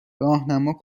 راهنما